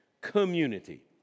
Community